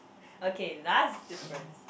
okay last difference